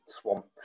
swamp